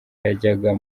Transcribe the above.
yajyaga